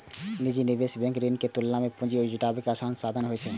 निजी निवेश बैंक ऋण के तुलना मे पूंजी जुटाबै के आसान साधन होइ छै